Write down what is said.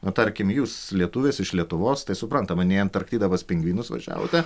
na tarkim jūs lietuvės iš lietuvos tai suprantama ne į antarktidą pas pingvinus važiavote